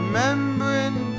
Remembering